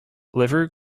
liver